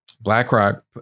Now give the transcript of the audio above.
BlackRock